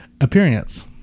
appearance